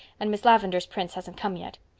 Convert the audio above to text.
and miss lavendar's prince hasn't come yet.